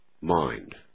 mind